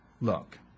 look